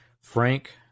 Frank